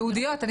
יהודיות.